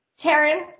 Taryn